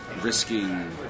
Risking